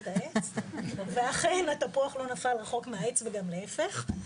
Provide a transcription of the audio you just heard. את העץ ואכן התפוח לא נפל רחוק מהעץ וגם להיפך.